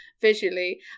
visually